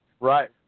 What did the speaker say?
Right